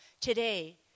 today